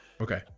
Okay